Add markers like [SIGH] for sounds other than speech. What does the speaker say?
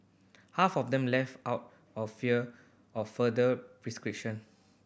half of them left out of fear of further [UNINTELLIGIBLE]